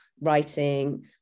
writing